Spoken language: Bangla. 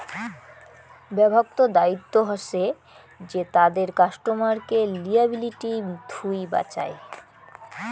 ব্যাঙ্ক্ত দায়িত্ব হসে যে তাদের কাস্টমারকে লিয়াবিলিটি থুই বাঁচায়